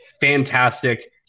fantastic –